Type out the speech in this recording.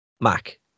mac